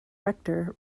rector